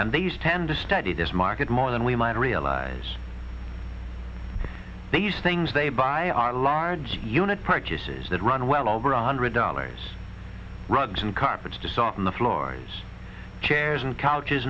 and these tend to study this market more than we might realize these things they buy are large unit purchases that run well over one hundred dollars rugs and carpets to soften the floors chairs and couches